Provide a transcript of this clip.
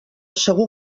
segur